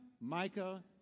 Micah